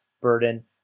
burden